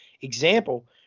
example